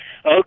Okay